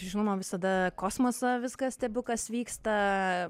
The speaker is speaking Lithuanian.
žinoma visada kosmosą viską stebiu kas vyksta